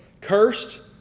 Cursed